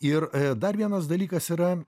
ir dar vienas dalykas yra